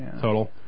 total